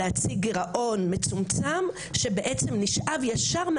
להציג גירעון מצומצם שבעצם נשאב ישירות